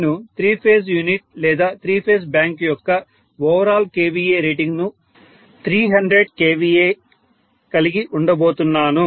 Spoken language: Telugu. నేను త్రీ ఫేజ్ యూనిట్ లేదా త్రీ ఫేజ్ బ్యాంక్ యొక్క ఓవరాల్ KVA రేటింగ్ ను 300 KVA కలిగి ఉండబోతున్నాను